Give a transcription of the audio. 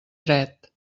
dret